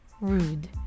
rude